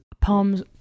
poems